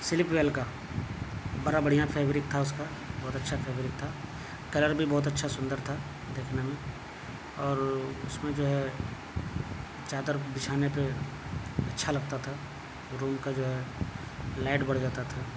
slip well کا بڑا بڑھیا فیبرک تھا اس کا بہت اچھا فیبرک تھا کلر بھی بہت اچھا سندر تھا دکھنے میں اور اس میں جو ہے چادر بچھانے پہ اچھا لگتا تھا روم کا جو ہے لائٹ بڑھ جاتا تھا